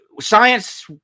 science